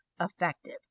effective